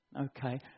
okay